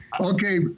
Okay